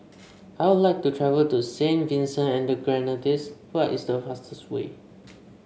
I would like to travel to Saint Vincent and the Grenadines what is the fastest way there